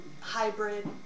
hybrid